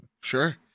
Sure